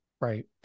Right